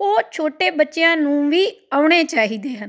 ਉਹ ਛੋਟੇ ਬੱਚਿਆਂ ਨੂੰ ਵੀ ਆਉਣੇ ਚਾਹੀਦੇ ਹਨ